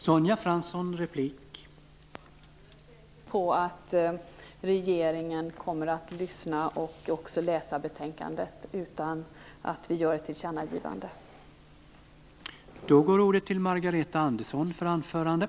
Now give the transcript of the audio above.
Herr talman! Jag är säker på att regeringen kommer att lyssna och att man också utan ett tillkännagivande kommer att läsa betänkandet.